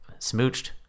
smooched